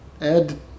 Ed